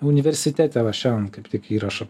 universitete va šiandien kaip tik įrašą